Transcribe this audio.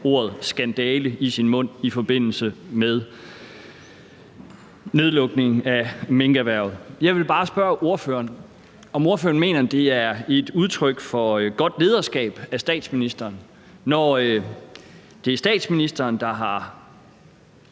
ordet skandale i sin mund i forbindelse med nedlukningen af minkerhvervet. Jeg vil bare spørge ordføreren, om ordføreren mener, det er et udtryk for godt lederskab af statsministeren, når det er statsministeren, der har